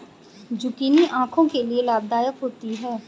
zucchini आंखों के लिए लाभदायक होती है